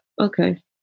Okay